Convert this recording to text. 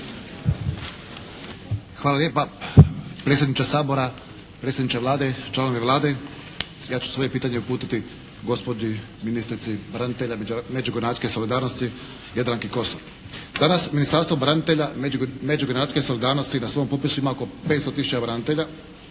Hvala lijepa. Predsjedniče Sabora, predsjedniče Vlade, članovi Vlade. Ja ću svoje pitanje uputiti gospođi ministrici branitelja i međugeneracijske solidarnosti Jadranki Kosor. Danas Ministarstvo branitelja i međugeneracijske solidarnosti na svom popisu ima oko 500 tisuća branitelja